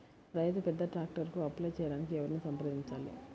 రైతు పెద్ద ట్రాక్టర్కు అప్లై చేయడానికి ఎవరిని సంప్రదించాలి?